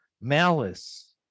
malice